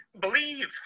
believe